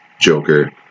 Joker